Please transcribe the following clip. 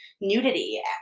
nudity